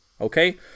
okay